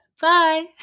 Bye